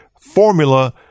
formula